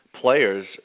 players